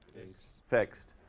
fixed. fixed.